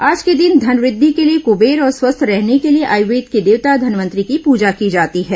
आज के दिन धन वृद्धि के लिए कबेर और स्वस्थ रहने के लिए आयुर्वेद के देवता धनवंतरी की पूजा की जाती है